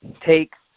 Takes